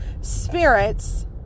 spirits